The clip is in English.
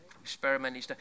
experimenting